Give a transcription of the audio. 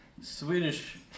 Swedish